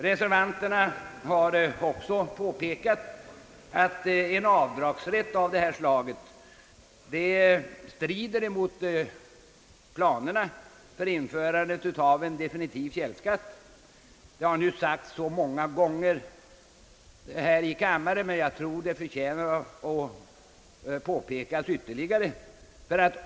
Reservanterna har också påpekat att en avdragsrätt av detta slag strider mot planerna på införande av en definitiv källskatt. Detta har sagts många gånger här i kammaren, men jag tror att det förtjänar att påpekas ytterligare.